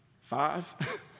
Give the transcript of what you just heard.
five